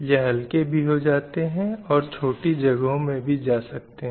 यह हल्के भी हो जाते हैं और छोटी जगहों में भी जा सकते हैं